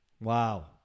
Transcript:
Wow